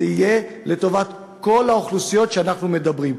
זה יהיה לטובת כל האוכלוסיות שאנחנו מדברים עליהן.